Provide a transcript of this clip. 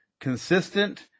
consistent